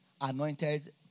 anointed